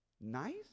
Nice